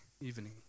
evening